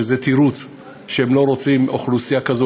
שזה תירוץ שהם לא רוצים אוכלוסייה כזו,